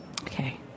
Okay